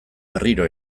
berriro